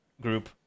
group